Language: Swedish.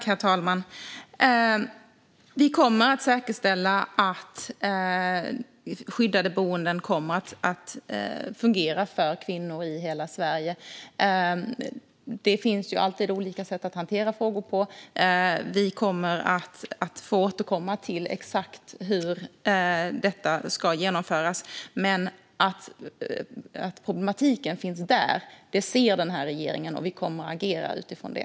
Herr talman! Vi kommer att säkerställa att skyddade boenden kommer att fungera för kvinnor i hela Sverige. Det finns alltid olika sätt att hantera frågor på. Vi kommer att få återkomma till exakt hur detta ska genomföras. Men att problematiken finns ser denna regering, och vi kommer att agera utifrån det.